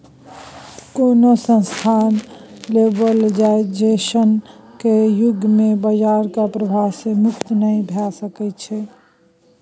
कोनो संस्थान ग्लोबलाइजेशन केर युग मे बजारक प्रभाव सँ मुक्त नहि भऽ सकै छै